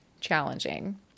challenging